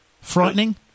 Frightening